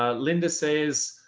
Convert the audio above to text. ah linda says,